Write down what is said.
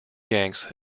yanks